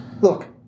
Look